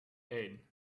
één